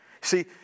See